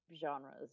genres